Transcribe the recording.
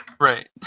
Right